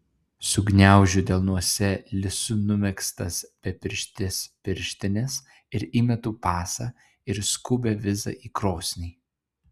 sugniaužiu delnuose lisu numegztas bepirštes pirštines ir įmetu pasą ir skubią vizą į krosnį